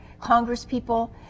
congresspeople